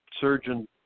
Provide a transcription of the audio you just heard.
Surgeon